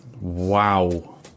wow